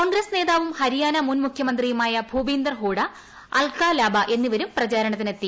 കോൺഗ്രസ് നേതാവും ഹരിയാന മുൻ മുഖ്യമന്ത്രിയുമായ ഭൂപീന്ദ്രൻ ഹൂഡ അൽക ലാബ എന്നിവരും പ്രചാരണത്തിനെത്തി